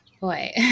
Boy